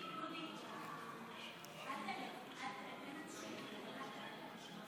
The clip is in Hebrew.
מסתתר מאחורי המצלמה.